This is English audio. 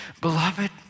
Beloved